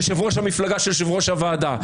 יושב-ראש המפלגה של יושב-ראש הוועדה,